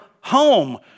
home